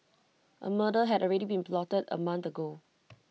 A murder had already been plotted A month ago